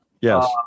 Yes